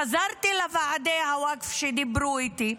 חזרתי לוועדי הוואקף שדיברו איתי.